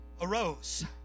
arose